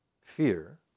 fear